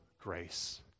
grace